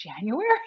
January